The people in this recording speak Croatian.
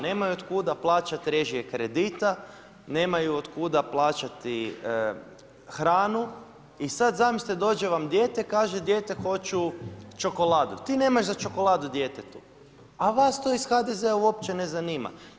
Nemaju od kuda plaćati režije kredita, nemaju od kuda plaćati hranu i sada zamislite dođe vam dijete i kaže dijete hoću čokoladu, ti nemaš za čokoladu djetetu, a vas to iz HDZ-a uopće ne zanima.